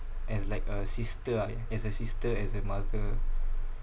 as like a sister ah as a sister as a mother